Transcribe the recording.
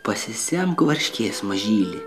pasisemk varškės mažyli